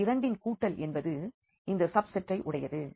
இந்த இரண்டின் கூட்டல் என்பது இந்த சப்செட்டை உடையது